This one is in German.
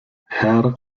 herr